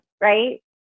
Right